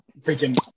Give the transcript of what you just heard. Freaking